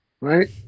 right